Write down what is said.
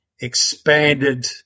expanded